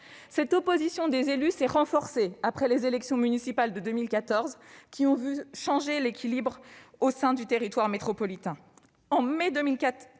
L'opposition des élus s'est renforcée après les élections municipales de 2014, lesquelles ont modifié l'équilibre au sein du territoire métropolitain.